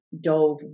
dove